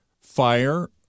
Fire